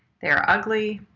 they are ugly,